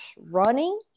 running